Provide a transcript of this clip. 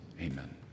amen